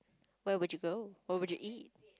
where would you go where would you eat